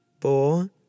four